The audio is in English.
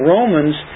Romans